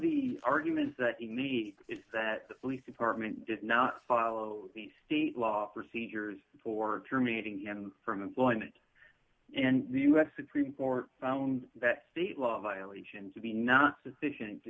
the arguments that you need is that the police department did not follow the state law procedures for terminating and from employment and the us supreme court found that state law violation to be not sufficient to